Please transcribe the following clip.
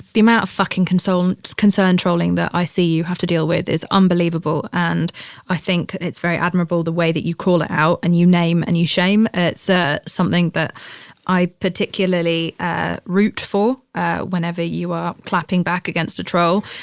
the amount of fucking concern, concern trolling that i see you have to deal with is unbelievable. and i think it's very admirable the way that you call it out and you name and you shame. it's ah something that i particularly ah root for whenever you are clapping back against a troll.